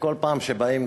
וכל פעם שבאים,